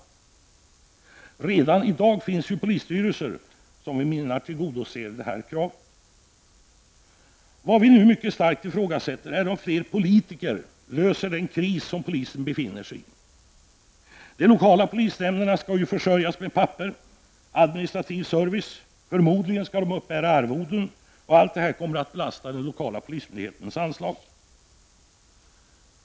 Vi menar att det redan i dag finns polisstyrelser som tillgodoser detta krav. Vad vi nu mycket stark ifrågasätter är om fler politiker löser den kris som polisen nu befinner sig i. De lokala polisnämnderna skall försörjas med papper och administrativ service. Förmodligen skall de uppbära arvoden, och allt detta kommer att belasta den lokala polismyndighetens anslag.